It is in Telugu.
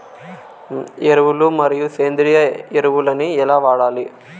ఎరువులు మరియు సేంద్రియ ఎరువులని ఎలా వాడాలి?